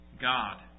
God